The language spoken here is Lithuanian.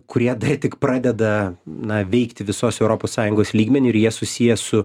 kurie dar tik pradeda na veikti visos europos sąjungos lygmeniu ir jie susiję su